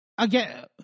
Again